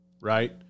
right